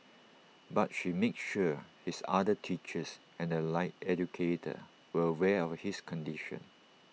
but she made sure his other teachers and the allied educator were aware of his condition